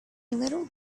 little